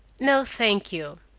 no, thank you,